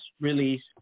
release